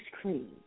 cream